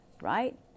right